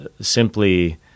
simply